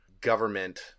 government